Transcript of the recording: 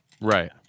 Right